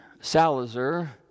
Salazar